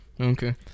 Okay